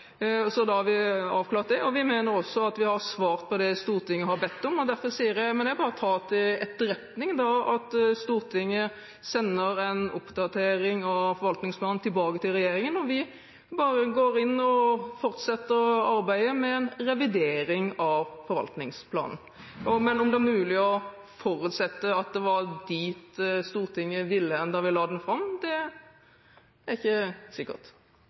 tallene. Så det har vi avklart, og vi mener også at vi har svart på det som Stortinget har bedt om, men jeg tar til etterretning at Stortinget sender en oppdatering av forvaltningsplanen tilbake til regjeringen, og vi vil fortsette arbeidet med en revidering av forvaltningsplanen. Men om det var mulig å forutsette at det var dit Stortinget ville da vi la den fram, er ikke sikkert.